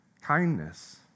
kindness